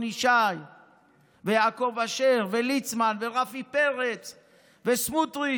אזולאי ויעקב אשר וליצמן ורפי פרץ וסמוטריץ'